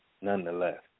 nonetheless